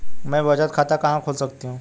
मैं बचत खाता कहां खोल सकती हूँ?